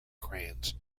cranes